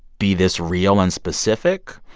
be this real and specific.